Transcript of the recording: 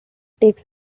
takes